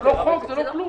זה לא חוק ולא כלום.